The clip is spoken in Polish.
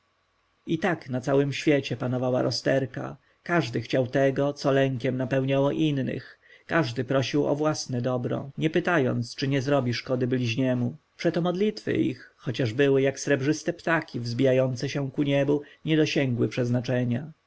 tak na całym świecie panowała rozterka każdy chciał tego co lękiem napełniało innych każdy prosił o własne dobro nie pytając czy nie zrobi szkody bliźniemu przeto modlitwy ich chociaż były jak srebrzyste ptaki wzbijające się ku niebu nie dosięgły przeznaczenia